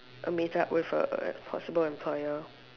A meet up with a A possible employer